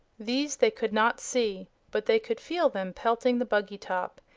these they could not see, but they could feel them pelting the buggy top,